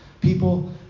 people